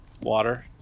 Water